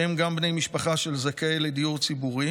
שהם גם בני משפחה של זכאי לדיור ציבורי